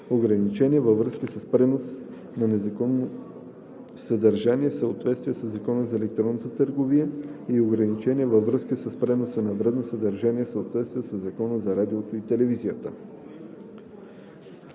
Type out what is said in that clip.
ограничения във връзка с преноса на незаконно съдържание в съответствие със Закона за електронната търговия и ограничения във връзка с преноса на вредно съдържание в съответствие със Закона за радиото и телевизията.“